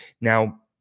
Now